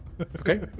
Okay